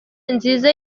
nziza